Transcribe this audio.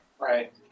Right